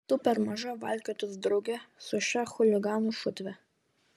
tu per maža valkiotis drauge su šia chuliganų šutve